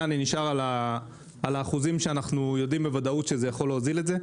אני נשאר על האחוזים שאנחנו יודעים בוודאות שזה יכול להוזיל את זה.